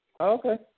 Okay